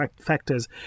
factors